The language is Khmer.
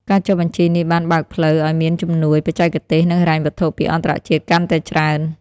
ការចុះបញ្ជីនេះបានបើកផ្លូវឱ្យមានជំនួយបច្ចេកទេស និងហិរញ្ញវត្ថុពីអន្តរជាតិកាន់តែច្រើន។